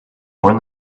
warn